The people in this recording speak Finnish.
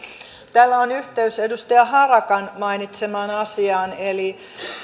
tällä on yhteys edustaja harakan mainitsemaan asiaan eli